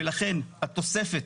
ולכן התוספת